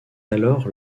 alors